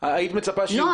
היית מצפה שיוגשו?